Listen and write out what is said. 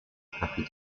happy